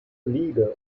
leader